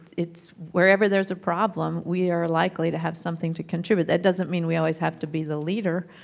it's wherever there's a problem we are likely to have something to contribute. that doesn't mean we always have to be the leader,